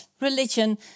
religion